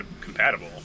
compatible